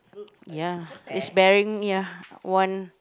ya it's bearing ya one